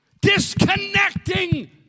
disconnecting